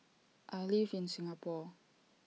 I live in Singapore